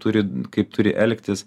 turi kaip turi elgtis